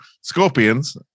scorpions